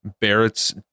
barrett's